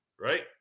right